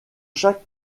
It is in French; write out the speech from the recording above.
chaque